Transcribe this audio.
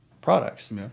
products